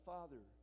Father